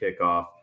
kickoff